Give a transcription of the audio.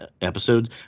episodes